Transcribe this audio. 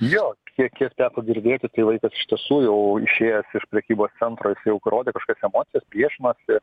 jo kiek kiek teko girdėti tai vaikas iš tiesų jau išėjęs iš prekybos centro jis jau parodė kažkokias emocijos priešinosi